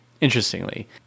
interestingly